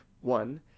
one